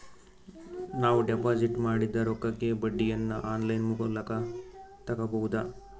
ನಾವು ಡಿಪಾಜಿಟ್ ಮಾಡಿದ ರೊಕ್ಕಕ್ಕೆ ಬಡ್ಡಿಯನ್ನ ಆನ್ ಲೈನ್ ಮೂಲಕ ತಗಬಹುದಾ?